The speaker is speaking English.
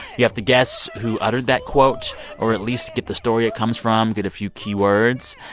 you have to guess who uttered that quote or at least get the story it comes from get a few key words.